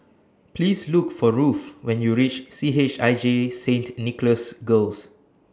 Please Look For Ruthe when YOU REACH C H I J Saint Nicholas Girls